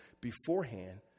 beforehand